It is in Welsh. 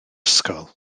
ysgol